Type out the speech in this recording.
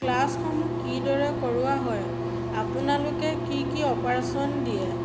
ক্লাছসমূহ কিদৰে কৰোৱা হয় আপোনালোকে কি কি অপচন দিয়ে